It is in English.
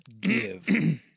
give